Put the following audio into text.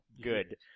good